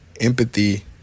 Empathy